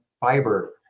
fiber